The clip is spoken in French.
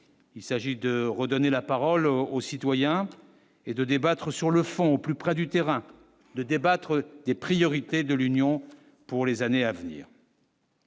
il s'agit de redonner la parole au au citoyen et de débattre sur le fond au plus près du terrain de débattre des priorités de l'Union pour les années à venir.